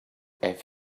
have